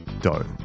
dough